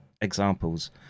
examples